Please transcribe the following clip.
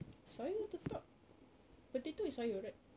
sayur tetap potato is sayur right